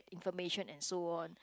information and so on